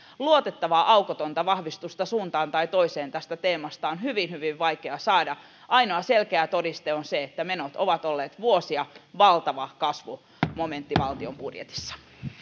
luotettavaa aukotonta vahvistusta suuntaan tai toiseen tästä teemasta on hyvin hyvin vaikeaa saada ainoa selkeä todiste on se että menot ovat olleet vuosia valtava kasvumomentti valtion budjetissa